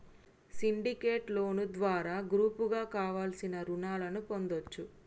syndicate loan ద్వారా గ్రూపుగా కావలసిన రుణాలను పొందొచ్చు